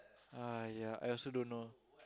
!aiya! I also don't know